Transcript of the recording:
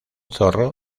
zorro